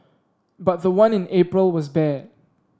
but the one in April was bad